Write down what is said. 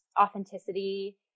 authenticity